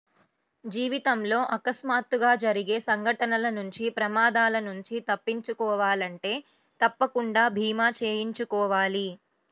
జీవితంలో అకస్మాత్తుగా జరిగే సంఘటనల నుంచి ప్రమాదాల నుంచి తప్పించుకోవాలంటే తప్పకుండా భీమా చేయించుకోవాలి